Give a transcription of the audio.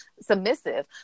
submissive